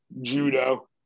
judo